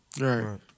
Right